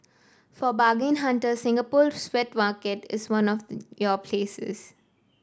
for bargain hunters Singapore wet market is one of your places